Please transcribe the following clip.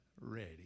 Ready